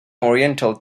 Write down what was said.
oriental